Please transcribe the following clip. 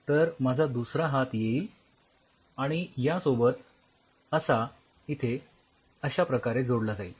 तर माझा दुसरा हात येईल आणि यासोबत असा इथे अश्या प्रकारे जोडला जाईल